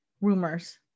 rumors